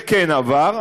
כן עבר.